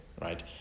right